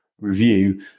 review